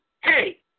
hey